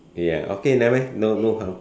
ya okay never mind don't know how